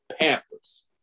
Panthers